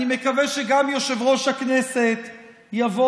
אני מקווה שגם יושב-ראש הכנסת יבוא